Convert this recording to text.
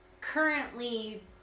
currently